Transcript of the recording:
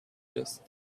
just